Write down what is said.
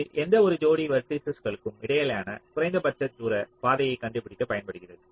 இது எந்த ஒரு ஜோடி வெர்ட்டிஸஸ்களுக்கும் இடையிலான குறைந்தபட்ச தூர பாதையை கண்டுபிடிக்க பயன்படுகிறது